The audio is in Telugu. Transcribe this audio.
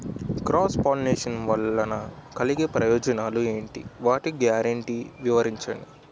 క్రాస్ పోలినేషన్ వలన కలిగే ప్రయోజనాలు ఎంటి? వాటి గ్యారంటీ వివరించండి?